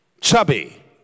chubby